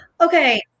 Okay